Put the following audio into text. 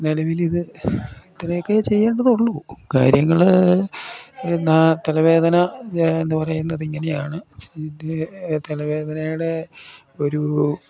നിലവിലിത് ഇത്രേൊക്കെ ചെയ്യേണ്ടതുള്ളു കാര്യങ്ങൾ തലവേദന എന്ന് പറയുന്നത് ഇങ്ങനെയാണ് ഇത് തലവേദനയടെ ഒരു